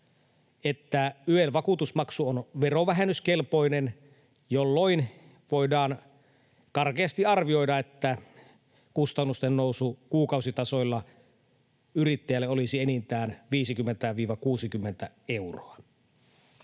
että YEL-vakuutusmaksu on verovähennyskelpoinen, jolloin voidaan karkeasti arvioida, että kustannusten nousu kuukausitasolla yrittäjälle olisi enintään 50—60 euroa.